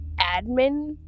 Admin